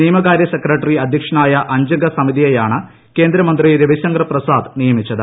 നിയമകാര്യ secretary അധ്യക്ഷനായ അഞ്ചംഗ സമിതിയെയാണ് കേന്ദ്രമന്ത്രി രവിശങ്കൂർ പ്രസാദ് നിയമിച്ചത്